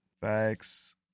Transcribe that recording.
facts